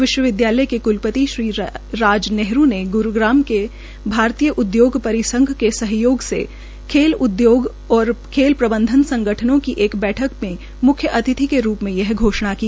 विश्वविद्यालय के उप क्लपति श्री राज नेहरू ने ग्रुग्राम में भारतीय उद्योग परिसंघ के सहयोग से खेल उदयोग और खेल प्रबंधन संगठनों की एक बैठक में मुख्य अतिथि के रूप में यह घोषणा की